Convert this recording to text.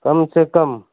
کم سے کم